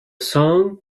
song